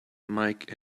mike